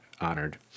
honored